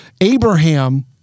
Abraham